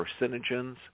carcinogens